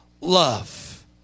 love